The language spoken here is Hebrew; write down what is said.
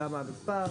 לכמה המספר,